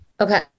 Okay